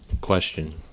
question